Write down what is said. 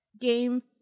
game